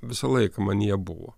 visąlaik manyje buvo